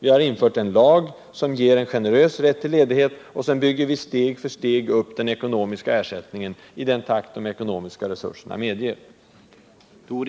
Vi har infört en lag som ger en generös rätt till ledighet, och sedan bygger vi steg för steg upp den ekonomiska ersättningen i den takt de ekonomiska resurserna medger.